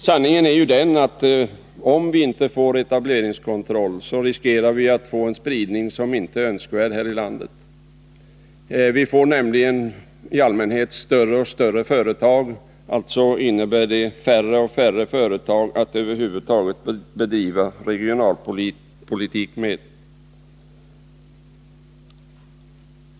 Sanningen är ju den, att om vi inte får etableringskontroll riskerar vi att få en spridning som inte är önskvärd här i landet. Vi får nämligen i allmänhet större och större företag, och det innebär att det blir färre och färre enheter att bedriva regionalpolitik med.